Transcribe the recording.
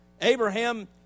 Abraham